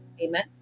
Amen